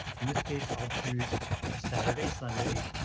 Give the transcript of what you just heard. in this case i'll choose saturday, sunday.